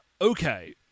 Okay